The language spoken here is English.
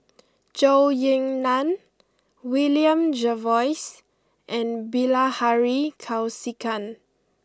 Zhou Ying Nan William Jervois and Bilahari Kausikan